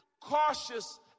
Cautious